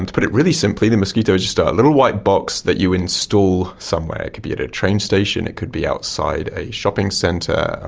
to put it really simply, the mosquito is just ah a little white box that you install somewhere. it could be at a train station, it could be outside a shopping centre,